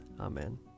Amen